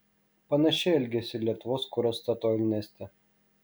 panašiai elgėsi lietuvos kuras statoil neste